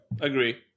agree